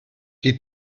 qui